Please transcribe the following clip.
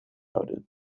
houden